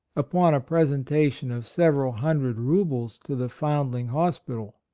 upon a presentation of several hundred roubles to the foundling hospital.